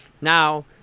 Now